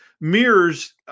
mirrors